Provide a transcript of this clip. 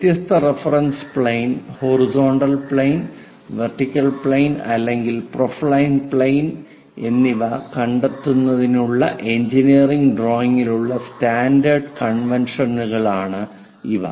വ്യത്യസ്ത reference plane horizontal plane vertical plane അല്ലെങ്കിൽ profile plane എന്നിവ കണ്ടെത്തുന്നതിനുള്ള എഞ്ചിനീയറിംഗ് ഡ്രോയിംഗിലുള്ള സ്റ്റാൻഡേർഡ് കൺവെൻഷനുകളാണ് ഇവ